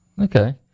Okay